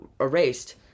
erased